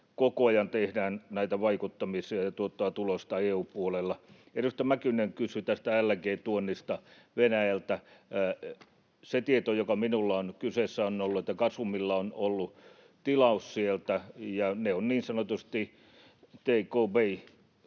koko ajan tehdään näitä vaikuttamisia, ja ne tuottavat tulosta EU-puolella. Edustaja Mäkynen kysyi tästä LNG-tuonnista Venäjältä. Se tieto, joka minulla on, on, että Gasumilla on ollut tilaus sieltä, ja ne ovat niin sanotusti take